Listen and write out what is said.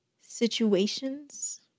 situations